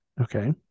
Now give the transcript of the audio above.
Okay